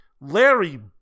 Larry